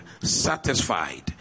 satisfied